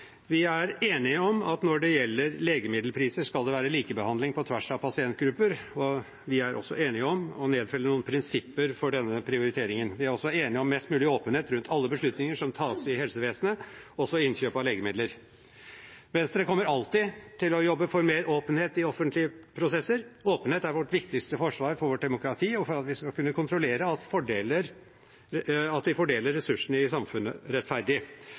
Vi er enige om at når det gjelder legemiddelpriser, skal det være likebehandling på tvers av pasientgrupper. Vi er også enige om å nedfelle noen prinsipper for denne prioriteringen. Vi er også enige om mest mulig åpenhet rundt alle beslutninger som tas i helsevesenet, også ved innkjøp av legemidler. Venstre kommer alltid til å jobbe for mer åpenhet i offentlige prosesser. Åpenhet er vårt viktigste forsvar for vårt demokrati, og for at vi skal kunne kontrollere at vi fordeler ressursene i samfunnet rettferdig.